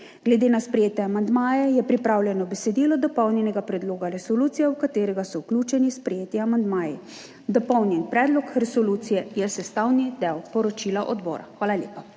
Glede na sprejete amandmaje je pripravljeno besedilo dopolnjenega predloga resolucije, v katerega so vključeni sprejeti amandmaji. Dopolnjeni predlog resolucije je sestavni del poročila odbora. Hvala lepa.